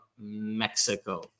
Mexico